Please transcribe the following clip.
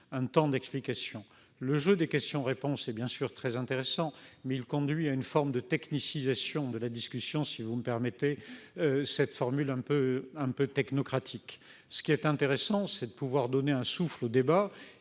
un temps d'explication. Le jeu des questions-réponses est bien sûr très intéressant, mais il conduit à une forme de technicisation de la discussion, si vous me permettez cette formule un peu technocratique. Ce qui est intéressant, c'est de pouvoir donner un souffle au débat